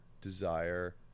desire